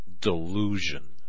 delusion